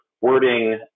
wording